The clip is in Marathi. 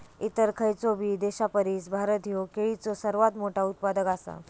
इतर खयचोबी देशापरिस भारत ह्यो केळीचो सर्वात मोठा उत्पादक आसा